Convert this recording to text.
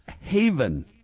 haven